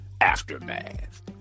Aftermath